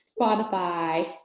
Spotify